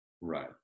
Right